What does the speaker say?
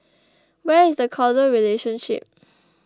where is the causal relationship